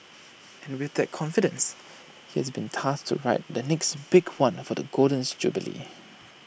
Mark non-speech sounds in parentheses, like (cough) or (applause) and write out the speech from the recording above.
(noise) and with that confidence he has been tasked to write the next big one for the golden (unintelligible) jubilee